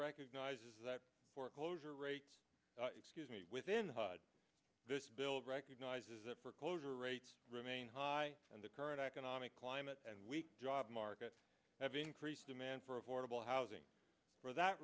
recognizes that foreclosure rate excuse me within this bill recognizes that foreclosure rates remain high and the current economic climate and weak job market have increased demand for affordable housing for that